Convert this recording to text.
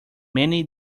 many